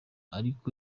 ariko